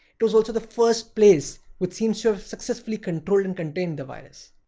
it was also the first place which seems to have successfully controlled and contained the virus.